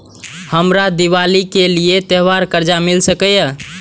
हमरा दिवाली के लिये त्योहार कर्जा मिल सकय?